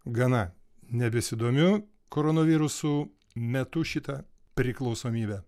gana nebesidomiu koronavirusu metu šitą priklausomybę